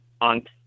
on